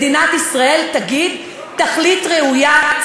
מדינת ישראל תגיד תכלית ראויה,